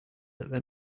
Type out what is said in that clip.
than